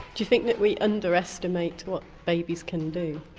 you think that we underestimate what babies can do?